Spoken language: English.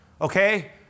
okay